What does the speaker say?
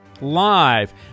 Live